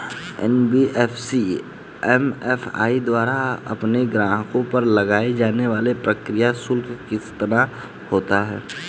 NBFC MFI द्वारा अपने ग्राहकों पर लगाए जाने वाला प्रक्रिया शुल्क कितना होता है?